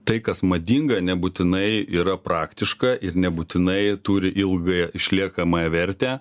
tai kas madinga nebūtinai yra praktiška ir nebūtinai turi ilgąją išliekamąją vertę